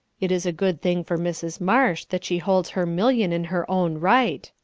it is a good thing for mrs. marsh that she holds her million in her own right,